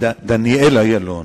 ישראל ביתנו.